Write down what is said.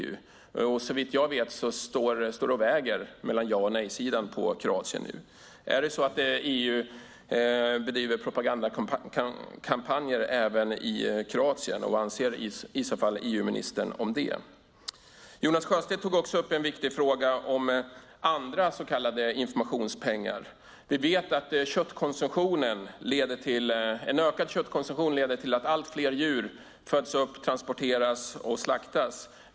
Så vitt jag vet står det nu och väger mellan ja och nejsidan i Kroatien. Är det så att EU bedriver propagandakampanjer även i Kroatien, och vad anser i så fall EU-ministern om det? Jonas Sjöstedt tog också upp en viktig fråga om andra så kallade informationspengar. Vi vet att en ökad köttkonsumtion leder till att allt fler djur föds upp, transporteras och slaktas.